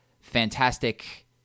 fantastic